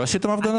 לא עשיתם הפגנות?